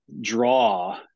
draw